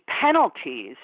penalties